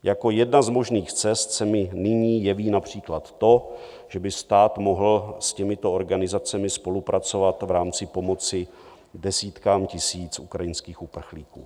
Jako jedna z možných cest se mi nyní jeví například to, že by stát mohl s těmito organizacemi spolupracovat v rámci pomoci desítkám tisíc ukrajinských uprchlíků.